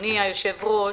אדוני היושב-ראש,